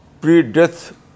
Pre-death